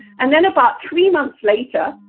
and then about three months later,